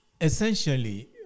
essentially